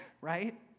right